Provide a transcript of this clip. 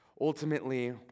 Ultimately